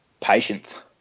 Patience